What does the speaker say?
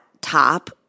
top